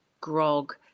grog